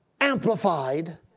amplified